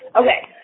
okay